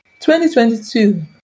2022